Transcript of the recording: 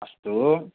अस्तु